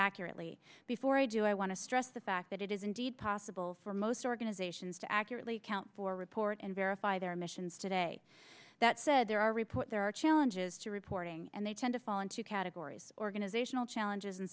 accurately before i do i want to stress the fact that it is indeed possible for most organizations to accurately count for report and verify their emissions today that said there are report there are challenges to reporting and they tend to fall into categories organizational challenges